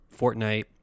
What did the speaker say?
Fortnite